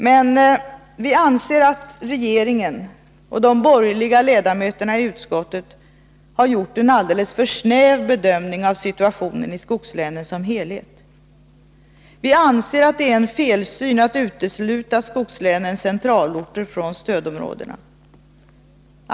Men vi anser att regeringen och de borgerliga ledamöterna i utskottet gjort en alldeles för snäv bedömning av situationen i skogslänen som helhet. Vi anser det vara en felsyn att utesluta skogslänens centralorter från stödområdena.